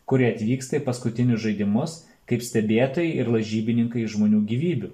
kurie atvyksta į paskutinius žaidimus kaip stebėtojai ir lažybininkai žmonių gyvybių